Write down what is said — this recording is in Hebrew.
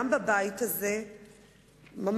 גם בבית הזה ממש,